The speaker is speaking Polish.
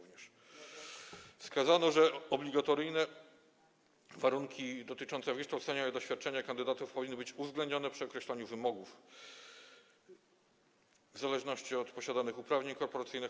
Wskazano, że obligatoryjne warunki dotyczące wykształcenia i doświadczenia kandydatów powinny być uwzględnione przy określaniu wymogów w zależności od posiadanych uprawnień korporacyjnych.